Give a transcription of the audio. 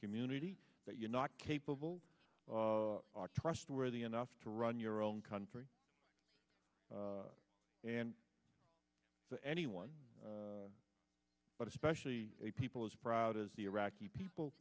community that you're not capable are trustworthy enough to run your own country and the anyone but especially a people as proud as the iraqi people